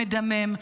המדמם?